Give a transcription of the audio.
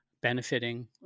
benefiting